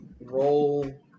roll